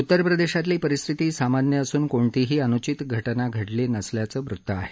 उत्तरप्रदेशातली परिस्थिती सामान्य असून कोणतीही अन्चित घटना घडल्याचं वृत्त नाही